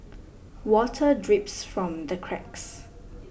water drips from the cracks